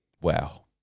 Wow